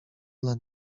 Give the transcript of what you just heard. dla